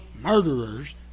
murderers